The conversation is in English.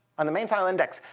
on the main file index,